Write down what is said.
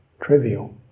trivial